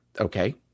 okay